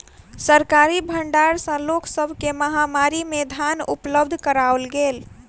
सरकारी भण्डार सॅ लोक सब के महामारी में धान उपलब्ध कराओल गेल